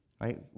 right